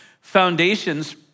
foundations